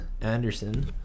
Anderson